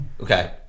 Okay